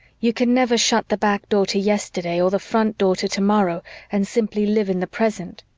you can never shut the back door to yesterday or the front door to tomorrow and simply live in the present.